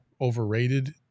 overrated